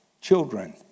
children